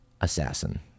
assassin